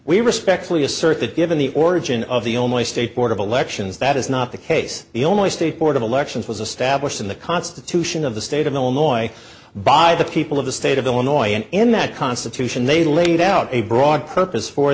we respectfully assert that given the origin of the only state board of elections that is not the case the only state board of elections was a stablished in the constitution of the state of illinois by the people of the state of illinois and in that constitution they laid out a broad purpose for